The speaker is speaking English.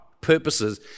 purposes